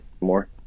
more